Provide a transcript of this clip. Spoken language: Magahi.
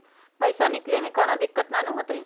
पईसा निकले में कउनो दिक़्क़त नानू न होताई?